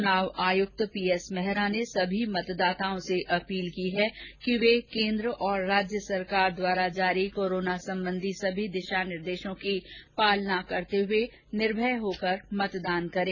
चुनाव आयक्त पीएस मेहरा ने सभी मतदाताओं से अपील की है कि वे केंद्र और राज्य सरकार द्वारा जारी कोरोना संबंधी सभी दिशा निर्देशों की पालना करते हुए निर्भय होकर मतदान करें